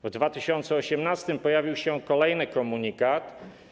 W 2018 r. pojawił się kolejny komunikat.